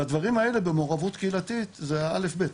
ודברים האלה במעורבות קהילתית זה הא' ב'.